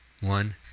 one